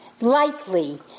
lightly